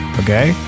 okay